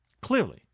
Clearly